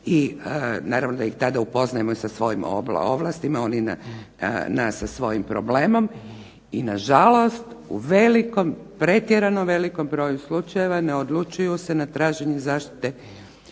i naravno ih tada upoznajemo sa svojim ovlastima, oni nas sa svojim problemom, i na žalost u prevelikom broju slučajeva ne odlučuju se na traženje zaštite u smislu